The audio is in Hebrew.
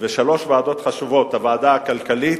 ושלוש ועדות חשובות: הוועדה הכלכלית,